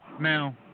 Now